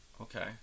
Okay